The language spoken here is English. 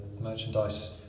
merchandise